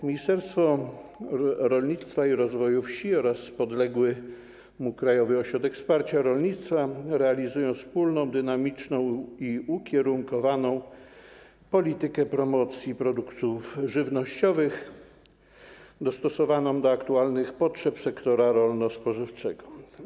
Ministerstwo Rolnictwa i Rozwoju Wsi oraz podległy mu Krajowy Ośrodek Wsparcia Rolnictwa realizują wspólną, dynamiczną i ukierunkowaną politykę promocji produktów żywnościowych dostosowaną do aktualnych potrzeb sektora rolno-spożywczego.